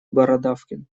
бородавкин